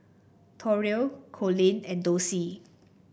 Torey Colin and Dossie